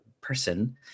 person